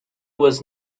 was